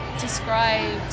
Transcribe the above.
described